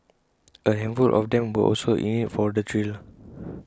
A handful of them were also in IT for the thrill